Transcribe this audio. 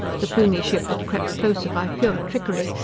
the plumie ship had crept closer by pure trickery.